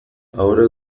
ahora